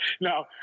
no